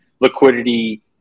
liquidity